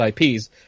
IPs